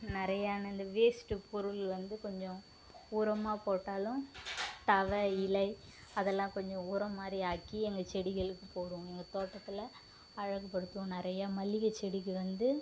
நிறைய அந்த வேஸ்ட்டு பொருள் வந்து கொஞ்சம் உரமா போட்டாலும் தழை இலை அதெல்லாம் கொஞ்சம் உரம் மாதிரியாக்கி எங்கள் செடிகளுக்கு போடுவோம் எங்கள் தோட்டத்தில் அழகு படுத்துவோம் நிறையா மல்லிகை செடிக்கு வந்து